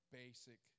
basic